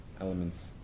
elements